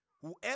Whoever